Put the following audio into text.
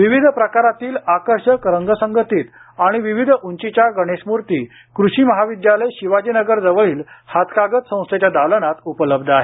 विविध प्रकारातील आकर्षक रंगसंगतीत आणि विविध उंचीच्या गणेशमूर्ती कृषी महाविद्यालय शिवाजीनगर जवळील हातकागद संस्थेच्या दालनात उपलब्ध आहेत